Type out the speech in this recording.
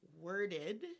worded